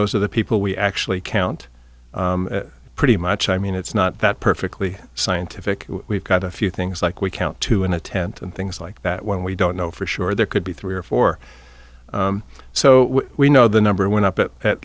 those are the people we actually count pretty much i mean it's not that perfectly scientific we've got a few things like we count two in a tent and things like that when we don't know for sure there could be three or four so we know the number went up at at